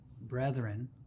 brethren